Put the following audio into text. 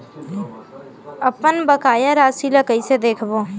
अपन बकाया राशि ला कइसे देखबो?